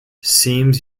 seems